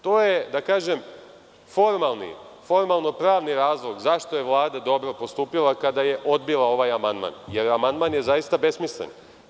To je, da kažem, formalno-pravni razlog zašto je Vlada dobro postupila kada je odbila ovaj amandman, jer amandman je zaista besmislen.